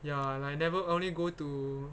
ya and I never I only go to